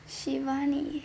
shivani